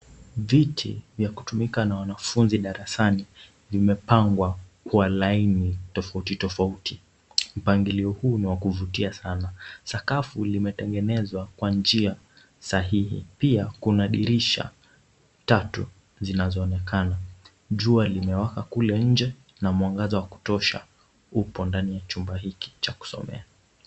Viti vya kutumika na wanafunzi darasani vimepangwa kwa laini tofauti tofauti. Mpangilio huu ni wa kuvutia sana. Sakafu limetengenezwa kwa njia sahihi pia kuna dirisha tatu zinazoonekana. Jua limewaka kule nje na mwangaza wa kutosha upo ndani ya chumba hiki cha kusomea.